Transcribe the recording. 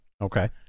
Okay